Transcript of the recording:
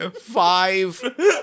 five